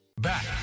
back